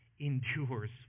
endures